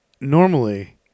normally